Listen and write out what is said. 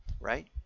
right